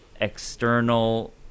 external